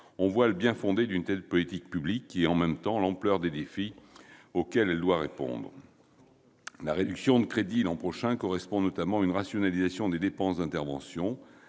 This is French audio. on voit le bien-fondé d'une telle politique publique et, en même temps, l'ampleur des défis auxquels elle doit répondre. La réduction des crédits l'an prochain correspond notamment à une rationalisation des dépenses d'intervention,